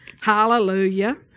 Hallelujah